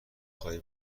خواهی